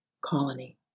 Colony